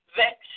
vex